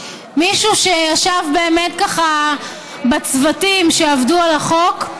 מישהו שישב באמת בצוותים שעבדו על החוק.